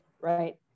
right